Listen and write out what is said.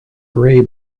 grey